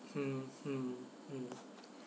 mm mm mm